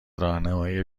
راهنمایی